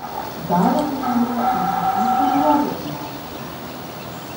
gal ateityje užrašysiu ir į ozo gimnaziją